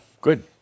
Good